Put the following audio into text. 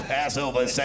Passover